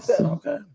Okay